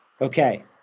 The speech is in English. Okay